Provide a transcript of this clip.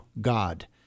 God